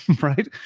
right